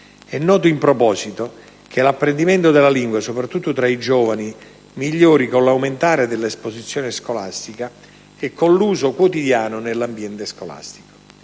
È noto in proposito che l'apprendimento della lingua, soprattutto tra i giovani, migliori con l'aumentare dell'esposizione scolastica e con l'uso quotidiano nell'ambiente scolastico.